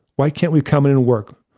why can't we come in and work?